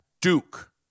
Duke